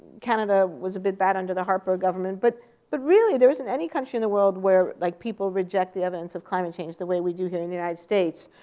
canada was a bit bad under the harper government. but but really there isn't any country in the world where like people reject the evidence of climate change the way we do here in the united states.